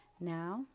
Now